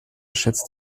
schätzt